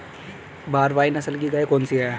भारवाही नस्ल की गायें कौन सी हैं?